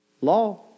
law